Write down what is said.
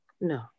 No